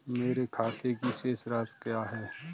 मेरे खाते की शेष राशि क्या है?